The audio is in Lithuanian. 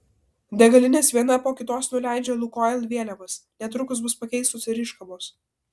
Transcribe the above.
degalinės viena po kitos nuleidžia lukoil vėliavas netrukus bus pakeistos ir iškabos